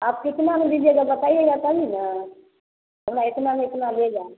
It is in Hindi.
आप कितना में लीजिएगा बताइएगा तभी ना हम इतना में इतना लेगा